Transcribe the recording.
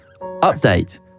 Update